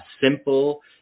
simple